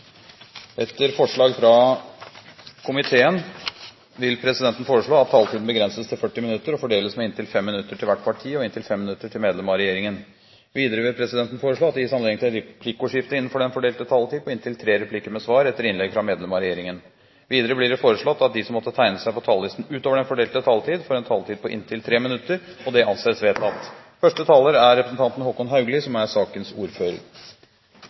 Etter ønske fra kommunal- og forvaltningskomiteen vil presidenten foreslå at taletiden begrenses til 40 minutter og fordeles med inntil 5 minutter til hvert parti og inntil 5 minutter til medlem av regjeringen. Videre vil presidenten foreslå at det gis anledning til replikkordskifte på inntil tre replikker med svar etter innlegg fra medlem av regjeringen innenfor den fordelte taletid. Videre blir det foreslått at de som måtte tegne seg på talerlisten utover den fordelte taletid, får en taletid på inntil 3 minutter. – Det anses vedtatt. Staten Norge er opprinnelig etablert på territoriet til to folk, samer og nordmenn, og det er